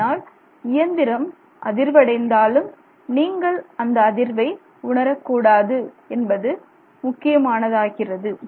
அதனால் இயந்திரம் அதிர்வு அடைந்தாலும் நீங்கள் அந்த அதிர்வை உணரக் கூடாது என்பது முக்கியமானதாகிறது